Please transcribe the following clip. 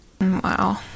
Wow